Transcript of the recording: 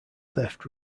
theft